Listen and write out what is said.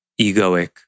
egoic